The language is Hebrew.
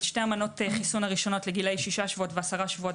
שתי מנות החיסון הראשונות לגילאי 6 שבועות ו-10 שבועות